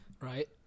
right